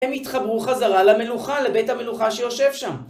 הם יתחברו חזרה למלוכה, לבית המלוכה שיושב שם.